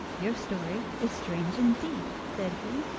your story is strange indeed said he.